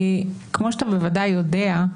כמו שאתה בוודאי יודע,